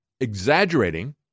exaggerating